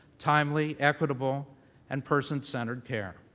timely, equitable and person-centered care.